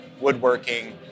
woodworking